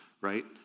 right